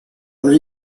where